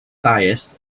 diets